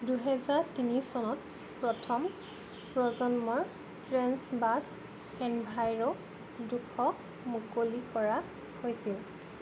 দুহেজাৰ তিনি চনত প্ৰথম প্ৰজন্মৰ ট্ৰেন্সবাছ এনভাইৰ' দুশ মুকলি কৰা হৈছিল